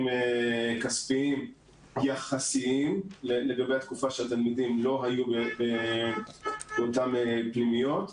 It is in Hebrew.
כספיים יחסיים לגבי התקופה שהתלמידים לא היו באותן פנימיות.